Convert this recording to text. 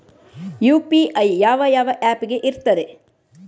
UPI ಯಾವ ಯಾವ app ಗೆ ಇರ್ತದೆ?